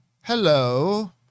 hello